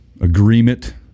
Agreement